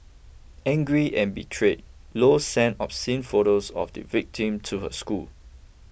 angry and betrayed Low sent obscene photos of the victim to her school